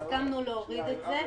הסכמנו להוריד את זה,